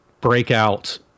breakout